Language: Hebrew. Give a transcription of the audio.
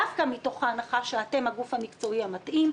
דווקא מתוך ההנחה שאתם הגוף המקצועי המתאים,